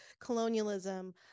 colonialism